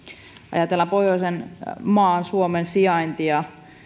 ajatellaan pohjoisen maan suomen sijaintia